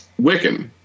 Wiccan